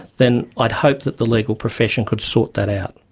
then i'd hoped that the legal profession could sort that out.